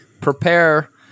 Prepare